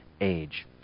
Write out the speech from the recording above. age